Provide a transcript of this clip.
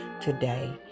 today